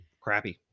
crappy